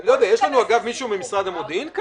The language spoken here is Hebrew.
אגב, יש פה מישהו ממשרד המודיעין?